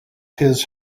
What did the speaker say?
his